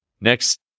Next